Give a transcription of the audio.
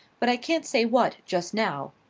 but i can't say what, just now.